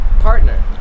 partner